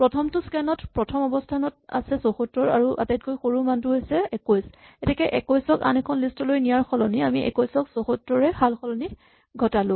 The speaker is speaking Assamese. প্ৰথমটো স্কেন ত প্ৰথম অৱস্হানত আছে ৭৪ আৰু আটাইতকৈ সৰু মানটো হৈছে ২১ এতেকে ২১ ক আন এখন লিষ্ট লৈ নিয়াৰ সলনি আমি ২১ আৰু ৭৪ টো সালসলনি ঘটালো